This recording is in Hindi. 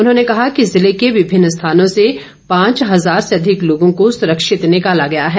उन्होंने कहा कि जिले के विभिन्न स्थानों से पांच हजार से अधिक लोगों को सुरक्षित निकाला गया है